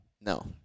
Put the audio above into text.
no